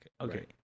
Okay